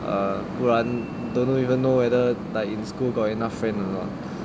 err 不然 don't even know whether like in school got enough friend or not